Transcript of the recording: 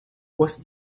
was